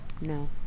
No